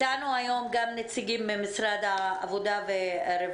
אתנו היום גם נציגים ממשרד הרווחה